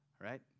right